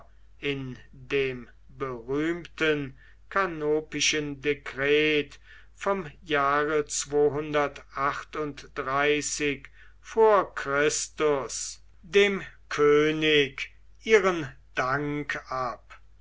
in dem berühmten kanopischen dekret vom jahre vor chr dem könig ihren dank ab